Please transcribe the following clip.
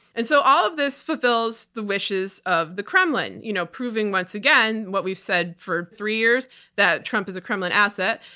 and so all of this fulfills the wishes of the kremlin, you know proving once again what we've said for three years that trump is a kremlin asset.